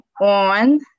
on